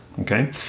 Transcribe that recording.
okay